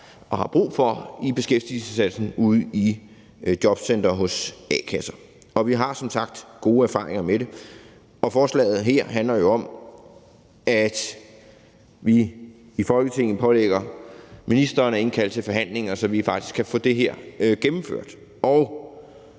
der er brug for i beskæftigelsesindsatsen ude i jobcentre og hos a-kasser. Vi har som sagt gode erfaringer med det, og forslaget her handler jo om, at vi i Folketinget pålægger ministeren at indkalde til forhandlinger, så vi faktisk kan få det her gennemført.